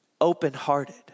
open-hearted